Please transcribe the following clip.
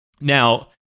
Now